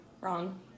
Wrong